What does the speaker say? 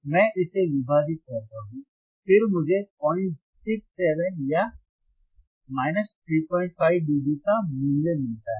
मैं इसे विभाजित करता हूं फिर मुझे 067 या 35dB का मूल्य मिलता है